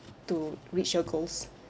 to reach your goals